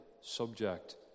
subject